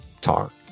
talk